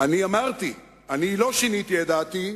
אני אמרתי, לא שיניתי את דעתי.